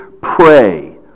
pray